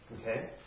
Okay